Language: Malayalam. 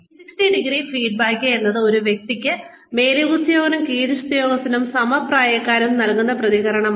360° ഫീഡ്ബാക്ക് എന്നത് ഒരു വ്യക്തിക്ക് മേലുദ്യോഗസ്ഥരും കീഴുദ്യോഗസ്ഥരും സമപ്രായക്കാരും നൽകുന്ന പ്രതികരണമാണ്